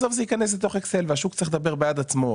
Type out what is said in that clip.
בסוף זה ייכנס לתוך אקסל והשוק צריך לדבר בעד עצמו.